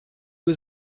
was